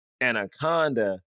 Anaconda